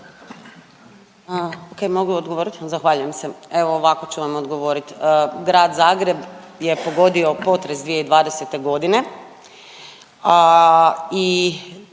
Ok, mogu odgovorit? Zahvaljujem se. Evo ovako ću vam odgovorit. Grad Zagreb je pogodio potres 2020. godine